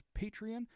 Patreon